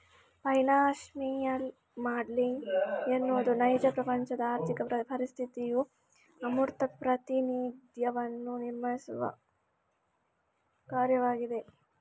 financial modelling ಎನ್ನುವುದು ನೈಜ ಪ್ರಪಂಚದ ಆರ್ಥಿಕ ಪರಿಸ್ಥಿತಿಯ ಅಮೂರ್ತ ಪ್ರಾತಿನಿಧ್ಯವನ್ನು ನಿರ್ಮಿಸುವ ಕಾರ್ಯವಾಗಿದೆ